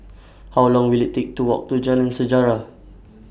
How Long Will IT Take to Walk to Jalan Sejarah